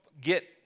get